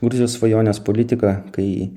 gruzijos svajonės politika kai